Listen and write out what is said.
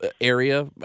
area